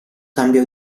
cambio